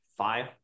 five